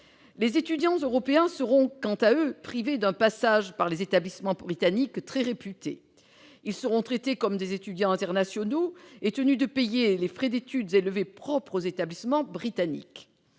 Les étudiants européens seront, quant à eux, privés d'un passage par les établissements britanniques, très réputés. Ils seront traités comme des étudiants internationaux et tenus de payer les frais d'études élevés propres aux établissements britanniques.